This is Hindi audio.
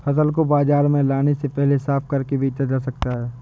फसल को बाजार में लाने से पहले साफ करके बेचा जा सकता है?